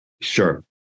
Sure